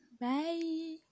bye